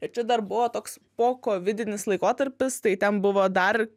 ir čia dar buvo toks pokovidinis laikotarpis tai ten buvo dar